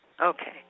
Okay